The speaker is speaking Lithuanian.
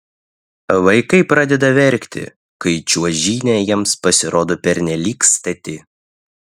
vaikai pradeda verkti kai čiuožynė jiems pasirodo pernelyg stati